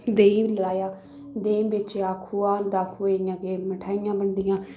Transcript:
देहीं लाया देहीं बेचेआ खोआ होंदा खोए दियां केईं मठेआइयां बनदियां